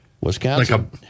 Wisconsin